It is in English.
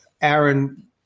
aaron